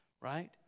right